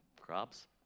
crops